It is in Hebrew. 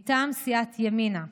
מטעם סיעת ימינה,